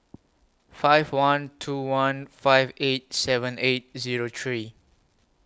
five one two one five eight seven eight Zero three